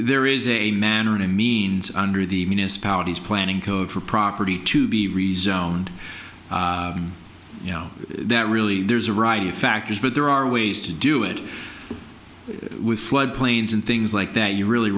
there is a manner and means under the municipalities planning code for property to be rezoned you know that really there's a variety of factors but there are ways to do it with flood plains and things like that you really